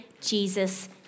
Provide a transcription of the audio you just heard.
Jesus